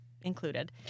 included